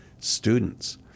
students